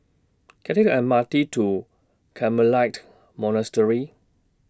Can I Take M R T to Carmelite Monastery